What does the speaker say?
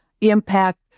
Impact